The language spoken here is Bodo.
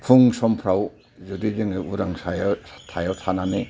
फुं समफ्राव जुदि जोङो उरां साया सायाव थानानै